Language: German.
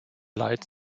leid